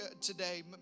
today